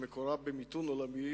שמקורה במיתון עולמי,